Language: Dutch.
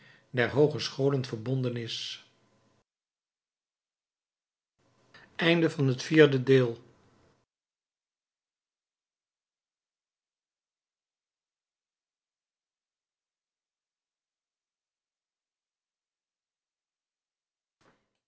der hoogescholen verbonden is